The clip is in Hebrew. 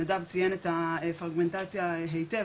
נדב ציין את הפרגמנטציה היטב,